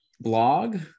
blog